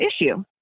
issue